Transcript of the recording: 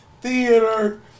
theater